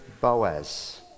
Boaz